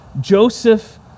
Joseph